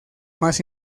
más